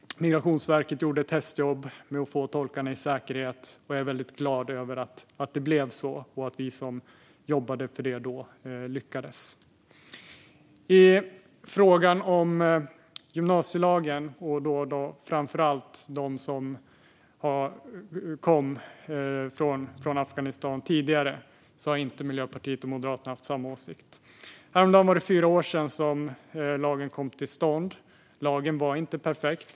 Migrationsverket gjorde ett hästjobb med att få tolkarna i säkerhet. Jag är väldigt glad över att det blev så och att vi som jobbade för det då lyckades. I frågan om gymnasielagen och framför allt dem som tidigare kom från Afghanistan har Miljöpartiet och Moderaterna inte haft samma åsikt. Häromdagen var det fyra år sedan lagen kom till stånd. Den var inte perfekt.